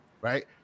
right